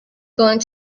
going